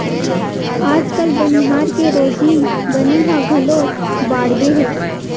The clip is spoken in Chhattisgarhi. आजकाल बनिहार के रोजी बनी ह घलो बाड़गे हे